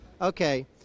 Okay